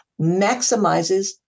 maximizes